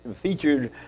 featured